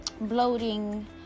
bloating